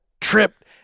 tripped